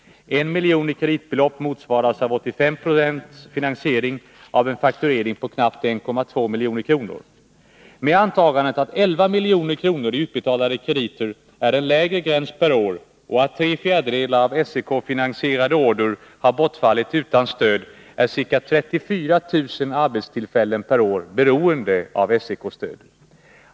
En miljon kronor i kreditbelopp motsvaras av 85 96 finansiering av en fakturering på knappt 1,2 milj.kr. Med antagandet att 11 milj.kr. i utbetalade krediter är en lägre gräns per år och att tre fjärdedelar av SEK finansierade order har bortfalit utan stöd, är ca 34 000 arbetstillfällen per år beroende av SEK-stöd.